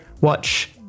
watch